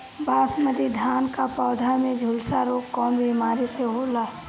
बासमती धान क पौधा में झुलसा रोग कौन बिमारी से होला?